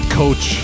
coach